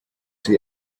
sie